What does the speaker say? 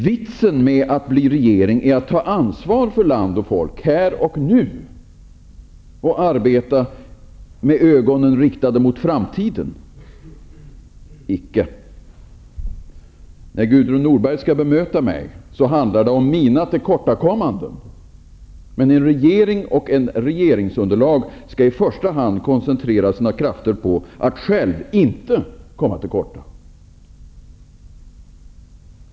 Vitsen med att bilda regering är att ta ansvar för land och folk här och nu och att arbeta med ögonen riktade mot framtiden. Icke! När Gudrun Norberg skall bemöta mig handlar det om mina tillkortakommanden. Men en regering, och regeringsunderlaget, skall i första hand koncentrera sina krafter på att själv inte komma till korta.